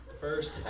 First